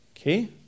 Okay